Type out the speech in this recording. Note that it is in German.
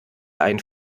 ein